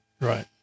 Right